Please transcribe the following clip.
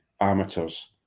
amateurs